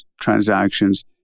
transactions